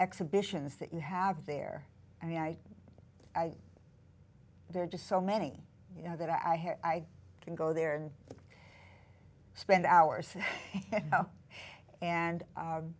exhibitions that you have there i mean i there just so many you know that i can go there and spend hours and